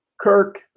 Kirk